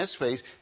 phase